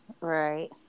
Right